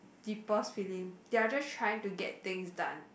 people's feeling they are just trying to get things done